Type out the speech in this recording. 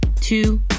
two